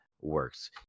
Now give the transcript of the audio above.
works